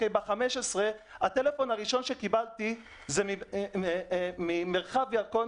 הטלפון הראשון שקיבלתי זה ממרחב ירקון,